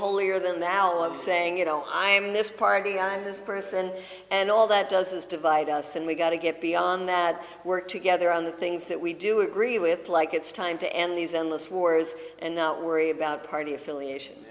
holier than thou of saying you know i am in this party i'm this person and all that does is divide us and we've got to get beyond that work together on the things that we do agree with like it's time to end these endless wars and not worry about party affiliation